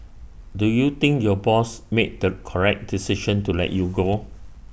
do you think your boss made the correct decision to let you go